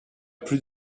plus